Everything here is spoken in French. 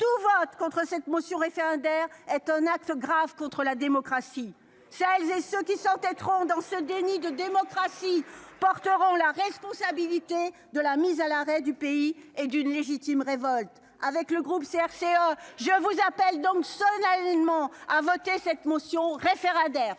tout vote contre cette motion référendaire est un acte grave contre la démocratie chez et ce qui sortait trop dans ce déni de démocratie porteront la responsabilité de la mise à l'arrêt du pays et d'une légitime révolte avec le groupe CRCE je vous appelle donc seuls aliments à voter cette motion référendaire